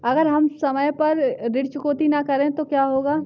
अगर हम समय पर ऋण चुकौती न करें तो क्या होगा?